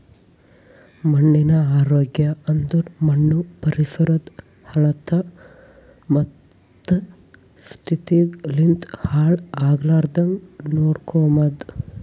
ಮಣ್ಣಿನ ಆರೋಗ್ಯ ಅಂದುರ್ ಮಣ್ಣು ಪರಿಸರದ್ ಹಲತ್ತ ಮತ್ತ ಸ್ಥಿತಿಗ್ ಲಿಂತ್ ಹಾಳ್ ಆಗ್ಲಾರ್ದಾಂಗ್ ನೋಡ್ಕೊಮದ್